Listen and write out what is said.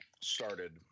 started